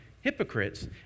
hypocrites